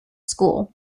school